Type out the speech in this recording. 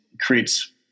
creates